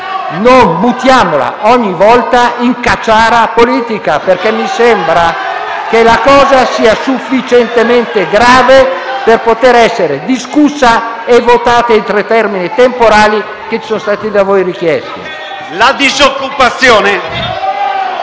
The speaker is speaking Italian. Non buttiamola ogni volta in confusione, perché mi sembra che la cosa sia sufficientemente grave per poter essere discussa e votata entro i termini temporali che sono stati da voi richiesti. VOCE DAL GRUPPO PD.